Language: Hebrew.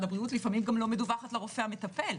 הבריאות - לפעמים גם לא מדווחת לרופא המטפל,